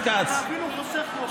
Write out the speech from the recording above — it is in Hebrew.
ואפילו חוסך לו.